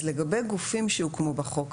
לגבי גופים שהוקמו בחוק,